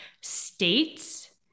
states